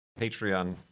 Patreon